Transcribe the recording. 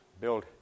build